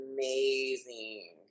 amazing